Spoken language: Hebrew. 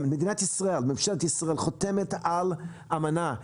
ממשלת ישראל חותמת על אמנה,